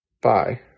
bye